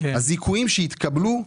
הזיכויים שהתקבלו.